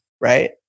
right